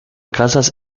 casas